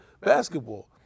basketball